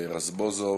רזבוזוב,